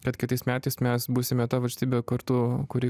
kad kitais metais mes būsime ta valstybė kartu kuri